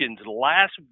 last